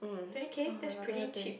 twenty K that's pretty cheap